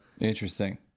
interesting